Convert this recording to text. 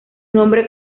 nombre